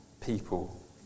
people